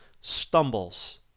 stumbles